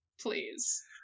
please